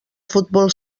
futbol